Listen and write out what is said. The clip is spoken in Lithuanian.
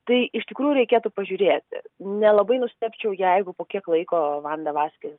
tai iš tikrųjų reikėtų pažiūrėti nelabai nustebčiau jeigu po kiek laiko vanda vaskes